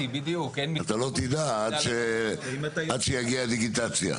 אתה לא תדע, עד שיגיע דיגיטציה.